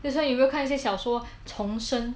that's why 有没有看一些小说重生